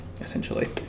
essentially